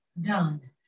done